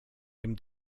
dem